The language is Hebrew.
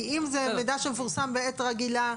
כי אם זה מידע שמפורסם בעת שגרה, לפי העניין.